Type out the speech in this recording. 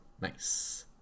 nice